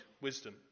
wisdom